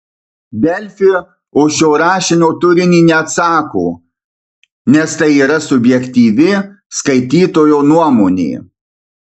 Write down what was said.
delfi už šio rašinio turinį neatsako nes tai yra subjektyvi skaitytojo nuomonė